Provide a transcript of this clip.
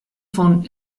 von